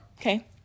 Okay